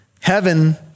Heaven